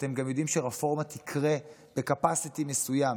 אתם גם יודעים שרפורמה תקרה ב-capacity מסוים.